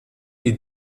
est